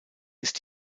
ist